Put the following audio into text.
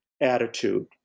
attitude